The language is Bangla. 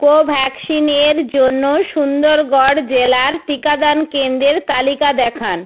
কোভ্যাক্সিনের জন্য সুন্দরগড় জেলার টিকাদান কেন্দ্রের তালিকা দেখান